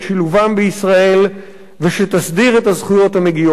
בישראל ושתסדיר את הזכויות המגיעות להם.